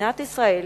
שמדינת ישראל